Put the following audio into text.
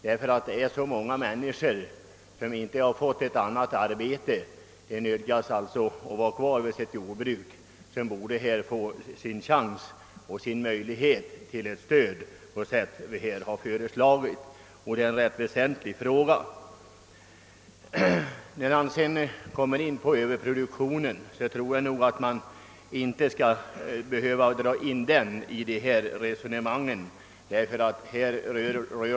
Här berörs nämligen så många människor som inte kunnat få ett annat arbete utan alltså nödgats vara kvar vid sitt jordbruk. De borde få sin chans och en möjlighet till stöd på sätt som vi föreslagit. Det är en rätt väsentlig fråga. Herr Johanson i Västervik kom också in på överproduktionen inom jordbruket. Jag anser emellertid inte att man bör dra in denna i de här resonemangen.